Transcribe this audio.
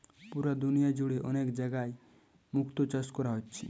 পুরা দুনিয়া জুড়ে অনেক জাগায় মুক্তো চাষ কোরা হচ্ছে